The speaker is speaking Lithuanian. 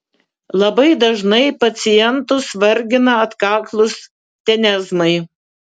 labai dažnai pacientus vargina atkaklūs tenezmai